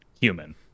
human